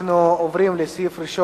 הצעת חוק-יסוד: